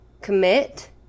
commit